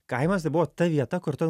kaimas tai buvo ta vieta kur tu